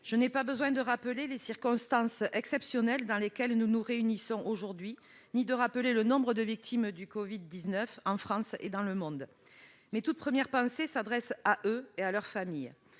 je n'ai pas besoin de rappeler les circonstances exceptionnelles dans lesquelles nous nous réunissons aujourd'hui, ni de mentionner le nombre de victimes du Covid-19 en France et dans le monde. Mes toutes premières pensées s'adressent à elles et à leurs familles.